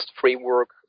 framework